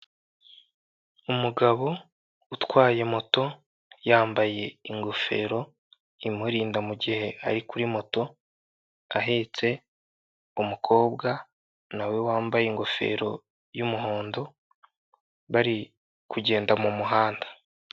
Umugabo utwaye moto yambaye ingofero imurinda mu gihe ari kuri moto, ahetse umukobwa nawe wambaye ingofero y'umuhondo bari kugenda mu muhanda.